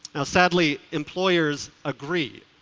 sadly, employers agree.